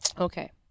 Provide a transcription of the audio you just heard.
Okay